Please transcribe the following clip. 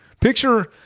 picture